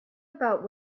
about